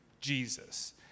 Jesus